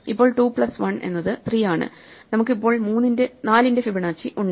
ഇപ്പോൾ 2 പ്ലസ് 1 എന്നത് 3 ആണ് നമുക്ക് ഇപ്പോൾ 4 ന്റെ ഫിബൊനാച്ചി ഉണ്ട്